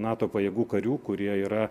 nato pajėgų karių kurie yra